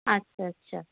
আচ্ছা আচ্ছা